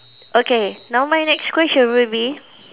okay now my next question would be